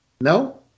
No